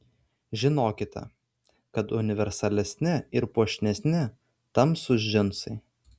žinokite kad universalesni ir puošnesni tamsūs džinsai